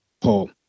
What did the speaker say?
Paul